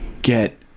Get